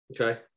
Okay